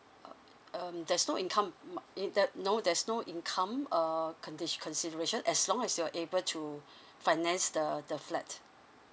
uh um there's no income mm uh in the no there's no income err condition consideration as long as you're able to finance the the flat